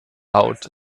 out